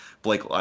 Blake